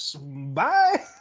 bye